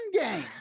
game